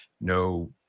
no